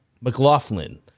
mclaughlin